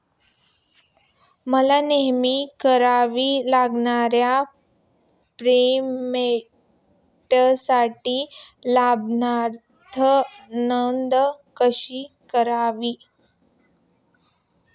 मला नेहमी कराव्या लागणाऱ्या पेमेंटसाठी लाभार्थी नोंद कशी करावी?